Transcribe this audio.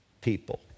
people